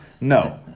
No